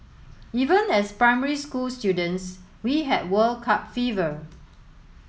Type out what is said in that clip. even as primary school students we had World Cup fever